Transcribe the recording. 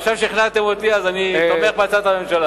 עכשיו שכנעתם אותי, אז אני תומך בהצעת הממשלה.